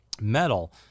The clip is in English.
metal